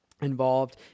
involved